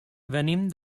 venim